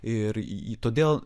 ir į todėl